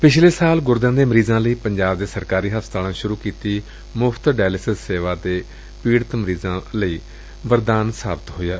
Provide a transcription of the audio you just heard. ਪਿਛਲੇ ਵਰੇ ਗੁਰਦਿਆਂ ਦੇ ਮਰੀਜਾਂ ਲਈ ਪੰਜਾਬ ਦੇ ਸਰਕਾਰੀ ਹਸਪਤਾਲਾਂ ਵਿੱਚ ਸ਼ੁਰੂ ਕੀਤੀ ਮੁਫ਼ਤ ਡਾਇਲਸਿਸ ਸੇਵਾ ਦੇ ਪੀੜਤ ਮਰੀਜ਼ਾ ਲਈ ਵਰਦਾਨ ਸਾਬਤ ਹੋਇਐ